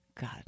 god